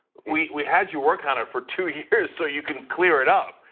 we had you working on it for two years so you can clear it up.